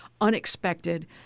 unexpected